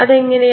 അതെങ്ങനെ